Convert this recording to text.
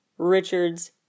Richard's